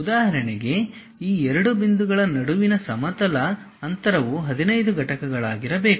ಉದಾಹರಣೆಗೆ ಈ 2 ಬಿಂದುಗಳ ನಡುವಿನ ಸಮತಲ ಅಂತರವು 15 ಘಟಕಗಳಾಗಿರಬೇಕು